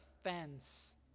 fence